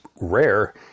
rare